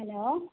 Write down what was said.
hello